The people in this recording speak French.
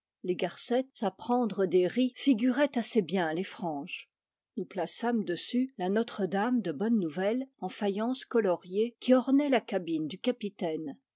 les garcettes à prendre des ris figuraient assez bien les franges nous plaçâmes dessus la notre-dame de bonne-nouvelle en faïence coloriée qui ornait la cabine du capitaine